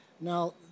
Now